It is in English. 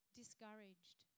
discouraged